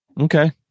Okay